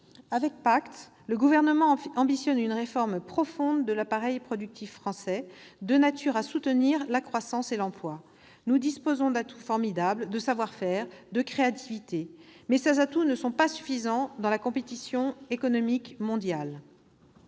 Avec PACTE, le Gouvernement ambitionne une réforme profonde de l'appareil productif français, de nature à soutenir la croissance et l'emploi. Nous disposons d'atouts formidables de savoir-faire et de créativité, mais ils ne sont pas suffisants dans la compétition économique mondiale